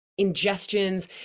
ingestions